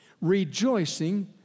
rejoicing